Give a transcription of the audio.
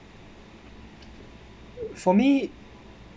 for me